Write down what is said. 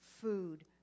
food